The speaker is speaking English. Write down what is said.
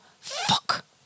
Fuck